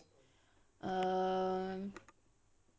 um